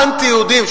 האנטי-יהודיים,